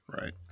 Right